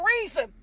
reason